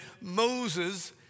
Moses